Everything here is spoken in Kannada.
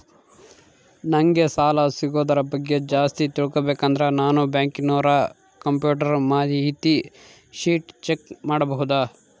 ನಂಗೆ ಸಾಲ ಸಿಗೋದರ ಬಗ್ಗೆ ಜಾಸ್ತಿ ತಿಳಕೋಬೇಕಂದ್ರ ನಾನು ಬ್ಯಾಂಕಿನೋರ ಕಂಪ್ಯೂಟರ್ ಮಾಹಿತಿ ಶೇಟ್ ಚೆಕ್ ಮಾಡಬಹುದಾ?